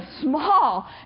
small